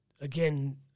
again